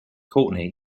courtney